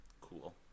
Cool